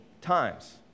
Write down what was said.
times